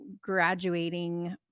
graduating